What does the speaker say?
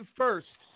first